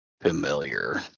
familiar